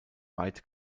weit